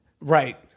Right